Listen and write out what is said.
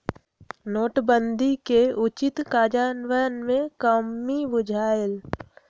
नोटबन्दि के उचित काजन्वयन में कम्मि बुझायल